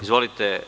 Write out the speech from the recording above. Izvolite.